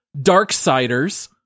Darksiders